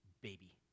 baby